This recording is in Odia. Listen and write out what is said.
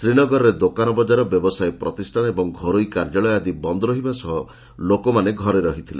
ଶ୍ରୀନଗରରେ ଦୋକାନ ବଜାର ବ୍ୟବସାୟ ପ୍ରତିଷ୍ଠାନ ଏବଂ ଘରୋଇ କାର୍ଯ୍ୟାଳୟ ଆଦି ବନ୍ଦ ରହିବା ସହ ଲୋକମାନେ ଘରେ ରହିଥିଲେ